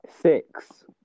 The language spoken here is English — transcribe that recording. six